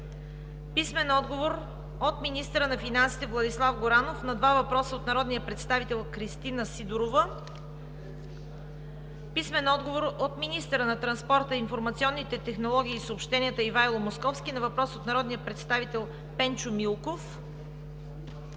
Витанов; - министъра на финансите Владислав Горанов на два въпроса от народния представител Кристина Сидорова; - министъра на транспорта, информационните технологии и съобщенията Ивайло Московски на въпрос от народния представител Пенчо Милков;